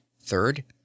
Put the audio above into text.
Third